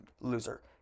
loser